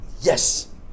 yes